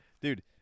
Dude